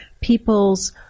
people's